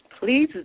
Please